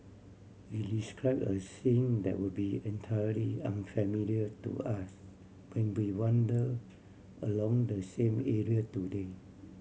he describe a scene that will be entirely unfamiliar to us when we wander along the same area today